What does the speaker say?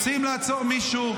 רוצים לעצור מישהו?